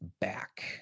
back